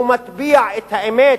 הוא מטביע את האמת